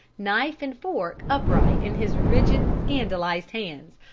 knife and fork upright in his rigid, scandalized hands,